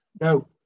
No